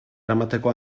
eramateko